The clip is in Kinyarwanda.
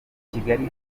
kigali